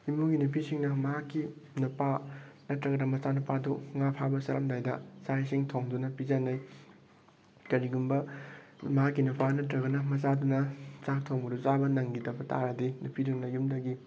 ꯏꯃꯨꯡꯒꯤ ꯅꯨꯄꯤꯁꯤꯡꯅ ꯃꯍꯥꯛꯀꯤ ꯅꯨꯄꯥ ꯅꯠꯇ꯭ꯔꯒ ꯃꯆꯥ ꯅꯨꯄꯥꯗꯣ ꯉꯥ ꯐꯥꯕ ꯆꯠꯂꯝꯗꯥꯏꯗ ꯆꯥꯛ ꯏꯁꯤꯡ ꯊꯣꯡꯗꯨꯅ ꯄꯤꯖꯅꯩ ꯀꯔꯤꯒꯨꯝꯕ ꯃꯍꯥꯛꯀꯤ ꯅꯨꯄꯥꯗꯨꯅ ꯅꯠꯇ꯭ꯔꯒ ꯃꯆꯥꯗꯨꯅ ꯆꯥꯛ ꯊꯣꯡꯕꯗꯣ ꯆꯥꯕ ꯅꯪꯈꯤꯗꯕ ꯇꯥꯔꯗꯤ ꯅꯨꯄꯤꯗꯨꯅ ꯌꯨꯝꯗꯒꯤ